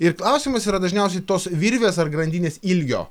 ir klausimas yra dažniausiai tos virvės ar grandinės ilgio